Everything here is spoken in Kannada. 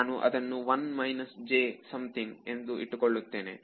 ನಾನು ಅದನ್ನು 1 ಮೈನಸ್ j ಸಂಥಿಂಗ್ ಎಂದು ಇಟ್ಟುಕೊಳ್ಳುತ್ತೇನೆ